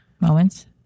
moments